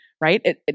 right